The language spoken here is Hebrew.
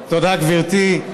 תודה, גברתי.